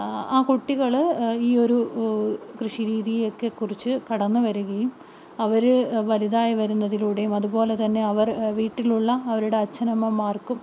ആ കുട്ടികൾ ഈ ഒരു കൃഷി രീതിയൊക്കെ കുറിച്ച് കടന്ന് വരുകയും അവർ വലുതായി വരുന്നതിലൂടെയും അതുപോലെ തന്നെ അവർ വീട്ടിലുള്ള അവരുടെ അച്ഛൻ അമ്മമാർക്കും